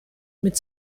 mit